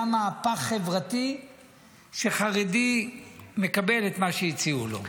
היה מהפך חברתי שחרדי מקבל את מה שהציעו לו.